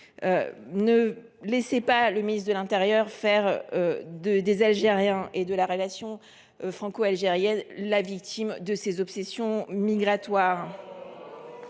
Ne laissez pas le ministre de l’intérieur faire des Algériens et de la relation franco algérienne les victimes de ses obsessions migratoires.